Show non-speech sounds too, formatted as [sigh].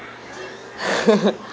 [laughs]